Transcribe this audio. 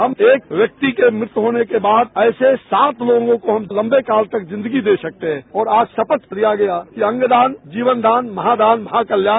हम एक व्यक्ति के मृत होने के बाद ऐसे सात लोगों को लंबे काल तक जिन्दगी दे सकते है और आज शपथ लिया गया कि अंग दान जीवन दान महादान महाकल्याण